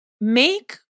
make